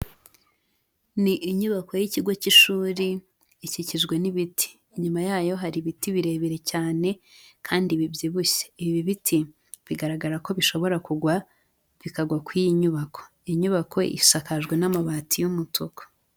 Ni inyubako y'ikigo cy'ishuri ikikijwe n'ibiti, inyuma yayo hari ibiti birebire cyane kandi bibyibushye, ibi biti bigaragara ko bishobora kugwa bikagwa ku iyi nyubako. Iyi nyubako isakajwe n'amabati y'umutuku.